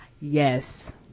Yes